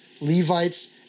Levites